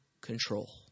control